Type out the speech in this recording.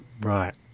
Right